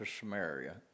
Samaria